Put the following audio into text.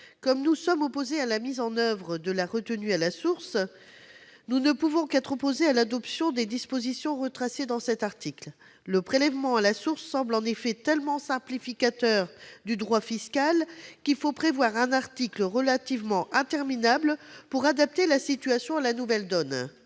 Comme nous sommes opposés à la mise en oeuvre de la retenue à la source, nous ne pouvons qu'être opposés à l'adoption des dispositions retracées dans cet article. Le prélèvement à la source semble en effet tellement simplificateur du droit fiscal qu'il faut prévoir un article relativement interminable pour adapter la situation à la nouvelle donne.